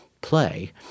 play